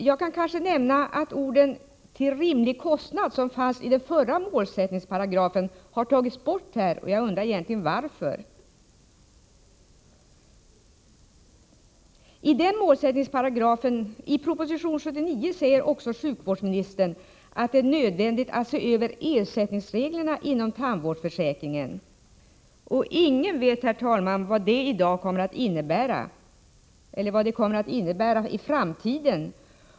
Jag kan nämna att orden ”till rimlig kostnad”, som fanns i den förra målsättningsparagrafen, har tagits bort. Jag undrar varför man egentligen gjort på detta sätt. I proposition 79 säger sjukvårdsministern att det är nödvändigt att se över ersättningsreglerna inom tandvårdsförsäkringen. Ingen vet, herr talman, vad det i dag innebär eller vad det kommer att innebära i framtiden.